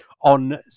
on